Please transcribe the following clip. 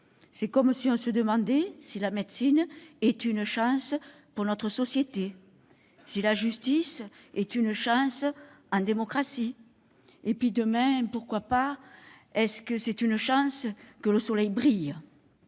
C'est comme si l'on se demandait si la médecine est une chance pour notre société, ou si la justice est une chance en démocratie- et demain, pourquoi pas, si c'est une chance que le soleil brille